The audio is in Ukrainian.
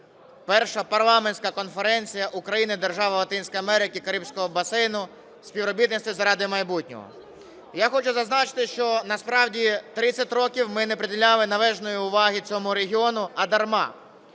перша парламентська Конференція "Україна – держави Латинської Америки та Карибського басейну: співробітництво заради майбутнього". Я хочу зазначити, що насправді 30 років ми не приділяли належної уваги цьому регіону. А дарма.